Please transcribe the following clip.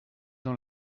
dans